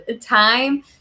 time